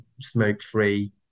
smoke-free